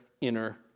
inner